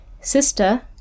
sister